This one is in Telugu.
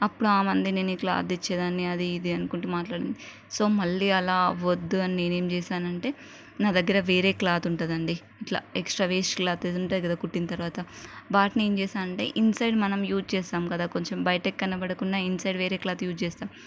అప్పుడు ఆమె అంది నేను ఇట్లా అది తెచ్చేదాన్ని అది ఇది అనుకుంటూ మాట్లాడింది సో మళ్ళీ అలా అవద్దు అని నేనేమి చేసానంటే నా దగ్గర వేరే క్లాత్ ఉంటుందండి ఇట్లా ఎక్స్ట్రా వేస్ట్ క్లాత్ అదుంటది కదా కుట్టిన తరువాత వాటిని ఏం చేసానంటే అంటే ఇన్సైడ్ మనం యూజ్ చేసాము కదా కొంచెం బయట కనబడకున్నా ఇన్సైడ్ వేరే క్లాత్ యూజ్ చేస్తాము